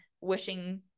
wishing